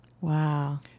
Wow